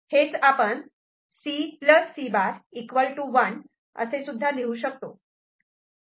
हेच आपण C C' 1 असे सुद्धा लिहू शकतो